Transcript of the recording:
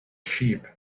sheep